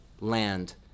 land